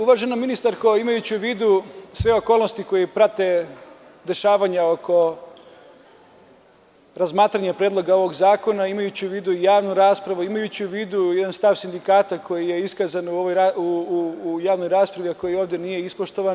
Uvažena ministarko, imajući u vidu sve okolnosti koji prate dešavanja oko razmatranja Predloga ovog zakona, imajući u vidu i javnu raspravu, imajući u vidu jedan stav sindikata koji je iskazan u javnoj raspravi i ako ovde nije ispoštovan.